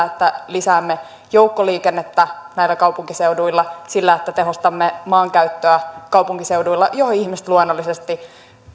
että lisäämme joukkoliikennettä näillä kaupunkiseuduilla sillä että tehostamme maankäyttöä kaupunkiseuduilla joihin ihmiset luonnollisesti